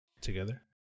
together